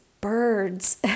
birds